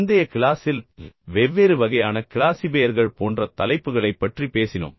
முந்தைய கிளாசில் வெவ்வேறு வகையான கிளாசிஃபையர்கள் போன்ற தலைப்புகளைப் பற்றி பேசினோம்